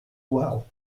well